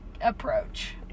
approach